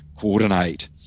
coordinate